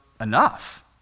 enough